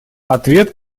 ответ